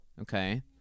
okay